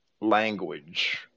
language